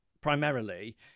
primarily